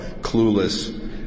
clueless